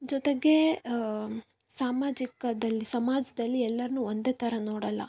ಜೊತೆಗೆ ಸಾಮಾಜಿಕದಲ್ಲಿ ಸಮಾಜದಲ್ಲಿ ಎಲ್ಲರನ್ನು ಒಂದೇ ಥರ ನೋಡಲ್ಲ